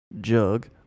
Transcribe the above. jug